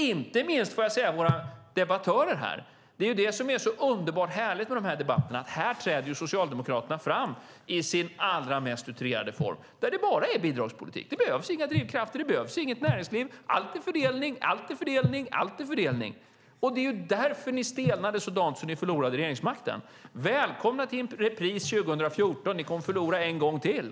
Inte minst gäller det våra debattörer här. Det är det som är så underbart härligt med dessa debatter; här träder Socialdemokraterna fram i sin allra mest utrerade form där det bara är bidragspolitik. Det behövs inga drivkrafter. Det behövs inget näringsliv. Allt är fördelning, allt är fördelning och allt är fördelning! Det är därför ni stelnade så dant att ni förlorade regeringsmakten. Välkomna till en repris 2014! Ni kommer att förlora en gång till.